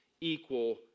equal